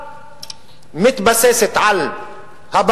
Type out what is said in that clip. החינוך,